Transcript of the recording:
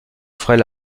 offrait